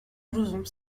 blouson